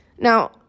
Now